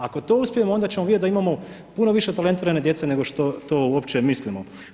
Ako to uspijemo onda ćemo vidjet da imamo puno više talentirane djece, nego što to uopće mislimo.